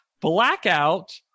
blackout